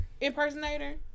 impersonator